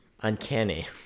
uncanny